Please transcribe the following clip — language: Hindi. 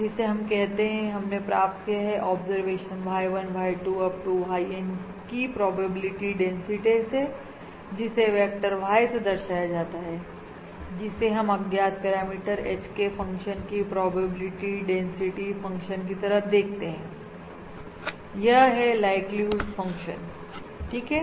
जिसे हम कहते हैं हमने प्राप्त किया है observation Y1 Y2 Up to YN की प्रोबेबिलिटी डेंसिटी से जिसे वेक्टर Y bar से दर्शाया जाता है जिसे हम अज्ञात पैरामीटर H के फंक्शन की प्रोबेबिलिटी डेंसिटी फंक्शन की तरह देखते है यह है लाइक्लीहुड फंक्शन ठीक है